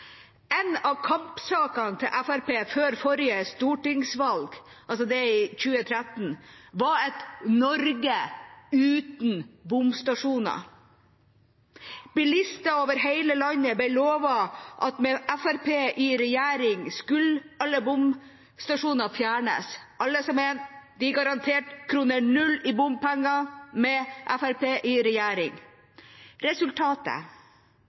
En av kampsakene til Fremskrittspartiet før stortingsvalget i 2013 var et Norge uten bomstasjoner. Bilister over hele landet ble lovet at med Fremskrittspartiet i regjering skulle alle bomstasjoner fjernes, alle som en. De garanterte kr 0 i bompenger med Fremskrittspartiet i regjering. Resultatet